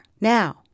Now